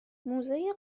موزه